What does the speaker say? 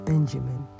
Benjamin